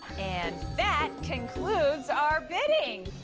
and that concludes our bidding.